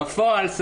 בפועל,